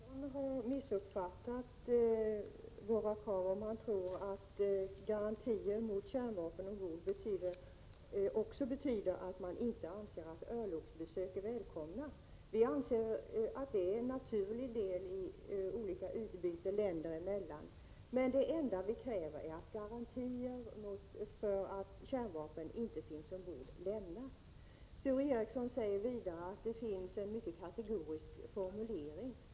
Herr talman! Sture Ericson har missuppfattat våra krav om han tror att garantier mot kärnvapen ombord också betyder att man inte anser att örlogsbesök är välkomna. Vi anser att sådana besök är en naturlig del i utbytet länder emellan. Det enda vi kräver är att garantier för att kärnvapen inte finns ombord lämnas. Sture Ericson säger vidare att det finns en mycket kategorisk formulering.